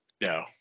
No